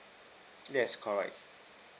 yes correct